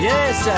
Yes